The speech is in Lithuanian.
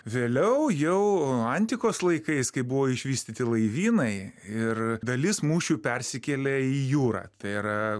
vėliau jau antikos laikais kai buvo išvystyti laivynai ir dalis mūšių persikėlė į jūrą tai yra